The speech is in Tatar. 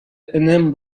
энем